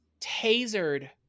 tasered